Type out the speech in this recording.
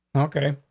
okay,